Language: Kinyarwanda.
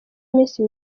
minsi